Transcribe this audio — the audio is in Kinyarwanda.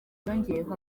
yongeyeho